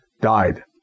died